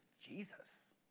Jesus